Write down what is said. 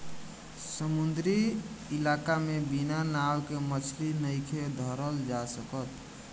समुंद्री इलाका में बिना नाव के मछली नइखे धरल जा सकत